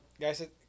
guys